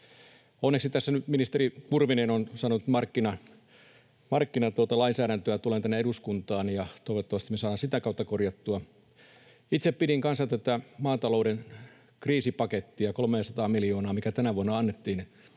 Onneksi tässä nyt ministeri Kurvinen on saanut markkinalainsäädäntöä tulemaan tänne eduskuntaan, ja toivottavasti me saadaan sitä kautta asioita korjattua. Itse pidin kanssa tätä maatalouden kriisipakettia, 300:aa miljoonaa, mikä tänä vuonna annettiin,